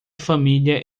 família